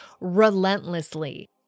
relentlessly